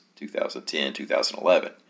2010-2011